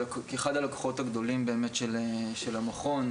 כאחד הלקוחות הגדולים באמת של המכון,